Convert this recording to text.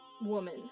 woman